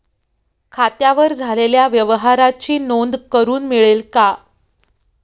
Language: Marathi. खात्यावर झालेल्या व्यवहाराची नोंद करून मिळेल का?